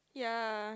ya